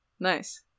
Nice